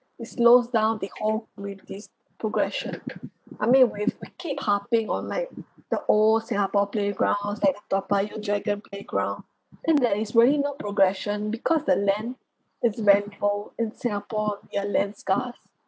it slows down the whole community's progression I mean if we we keep harping on like the old singapore playgrounds like the toa payoh dragon playground I think there is really no progression because the land is landfall in singapore your land scars